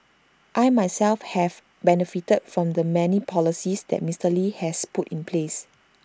I myself have benefited from the many policies that Mister lee has put in place